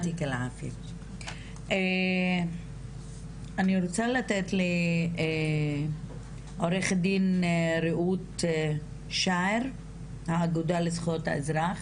אני רוצה לתת לעורכת דין רעות שאער מהאגודה לזכויות האזרח.